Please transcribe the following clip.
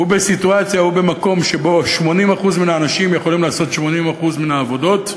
ובסיטואציה ובמקום שבו 80% מן האנשים יכולים לעשות 80% מן העבודות,